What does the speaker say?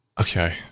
Okay